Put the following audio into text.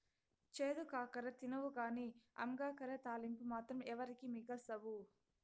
చేదు కాకర తినవుగానీ అంగాకర తాలింపు మాత్రం ఎవరికీ మిగల్సవు